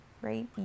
right